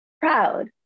proud